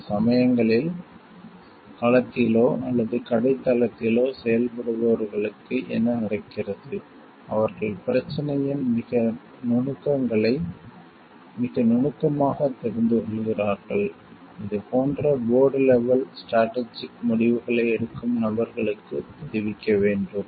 சில சமயங்களில் களத்திலோ அல்லது கடைத் தளத்திலோ செயல்படுபவர்களுக்கு என்ன நடக்கிறது அவர்கள் பிரச்சினையின் மிக நுணுக்கங்களை மிக நுணுக்கமாகத் தெரிந்து கொள்கிறார்கள் இது போன்ற போர்ட் லெவல் ஸ்ரேட்ரெஜிக் முடிவுகளை எடுக்கும் நபர்களுக்குத் தெரிவிக்க வேண்டும்